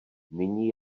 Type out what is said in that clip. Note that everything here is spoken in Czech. nyní